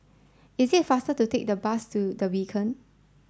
it is faster to take the bus to The Beacon